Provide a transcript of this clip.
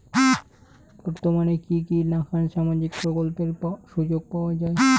বর্তমানে কি কি নাখান সামাজিক প্রকল্পের সুযোগ পাওয়া যায়?